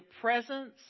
presence